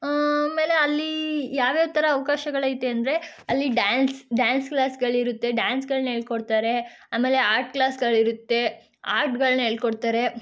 ಆಮೇಲೆ ಅಲ್ಲಿ ಯಾವ್ಯಾವ ಥರ ಅವಕಾಶಗಳೈತೆ ಅಂದರೆ ಅಲ್ಲಿ ಡ್ಯಾನ್ಸ್ ಡ್ಯಾನ್ಸ್ ಕ್ಲಾಸ್ಗಳಿರುತ್ತೆ ಡ್ಯಾನ್ಸ್ಗಳ್ನ ಹೇಳ್ಕೊಡ್ತಾರೆ ಆಮೇಲೆ ಆರ್ಟ್ ಕ್ಲಾಸ್ಗಳಿರುತ್ತೆ ಆರ್ಟ್ಗಳ್ನ ಹೇಳ್ಕೊಡ್ತಾರೆ